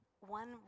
One